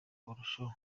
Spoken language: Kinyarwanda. barushaho